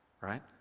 right